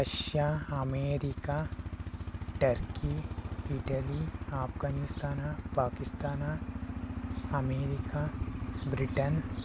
Russia America turkey Italy Afghanistan Pakistan America Britain